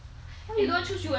why you don't want choose U_S